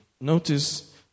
Notice